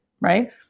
right